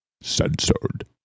Censored